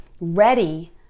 ready